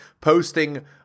posting